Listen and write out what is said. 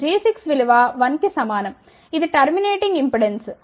g6 విలువ 1 కి సమానం ఇది టర్మినేటింగ్ ఇంపెడెన్స్